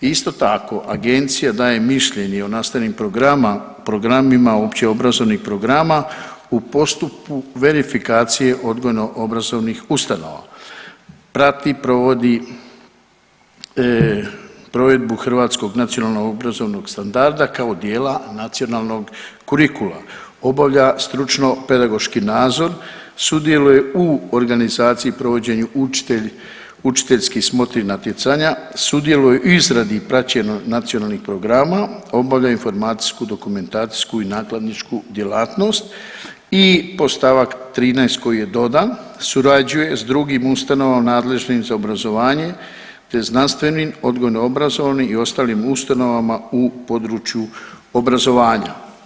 Isto tako agencija daje mišljenje o nastavnim programima općeobrazovnih programa u postupku verifikacije odgojno obrazovnih ustanova, prati i provodi provedbu hrvatskog nacionalnog obrazovnog standarda kao dijela nacionalnog kurikula, obavlja stručno pedagoški nadzor, sudjeluje u organizaciji i provođenju učiteljskih smotri natjecanja, sudjeluje u izradi i praćenju nacionalnih programa, obavlja informacijsku, dokumentacijsku i nakladničku djelatnost i podstavak 13. koji je dodan, surađuje s drugim ustanovama nadležnim za obrazovanje, te znanstvenim, odgojno obrazovnim i ostalim ustanovama u području obrazovanja.